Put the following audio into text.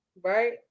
right